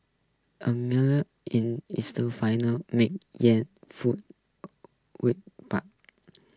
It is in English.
a mill in eastern Finland makes yarn fool wood pulp